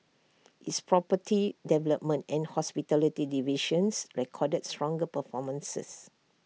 its property development and hospitality divisions recorded stronger performances